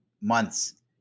months